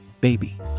baby